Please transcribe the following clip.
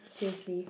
seriously